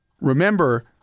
remember